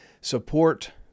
support